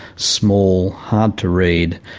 small, hard to read,